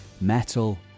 metal